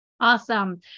Awesome